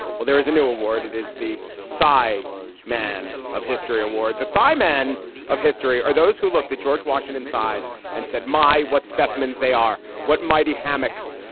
well, there is a new award. it is the thigh man of history award, the thigh man of history. are those who looked at george washington thighs and said, my what specimens they are, what mighty hammocks.